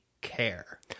care